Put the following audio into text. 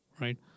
right